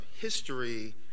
history